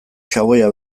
xaboia